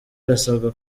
arasabwa